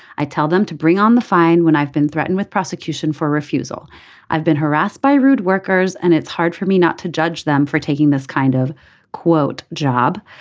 i tell them to bring on the fine when i've been threatened with prosecution for refusal i've been harassed by rude workers and it's hard for me not to judge them for taking this kind of quote job.